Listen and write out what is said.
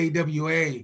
AWA